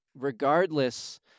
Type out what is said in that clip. regardless